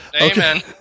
Amen